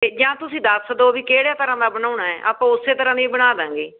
ਅਤੇ ਜਾਂ ਤੁਸੀਂ ਦੱਸ ਦਓ ਵੀ ਕਿਹੜੇ ਤਰ੍ਹਾਂ ਦਾ ਬਣਾਉਣਾ ਹੈ ਆਪਾਂ ਉਸੇ ਤਰ੍ਹਾਂ ਦਾ ਹੀ ਬਣਾ ਦਵਾਂਗੇ